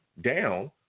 down